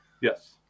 Yes